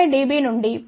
1 dB నుండి 0